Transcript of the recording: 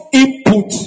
input